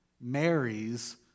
marries